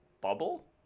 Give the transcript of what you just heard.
bubble